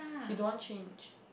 he don't want change